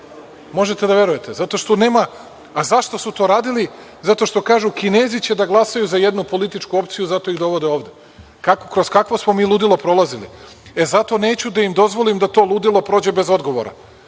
Možete da verujete. A zašto su to radil? Zato što kažu, Kinezi će da glasaju za jednu političku opciju zato ih dovode ovde. Kroz kakvo smo mi ludilo prolazili. E, zato neću da im dozvolim da to ludilo prođe bez odgovora.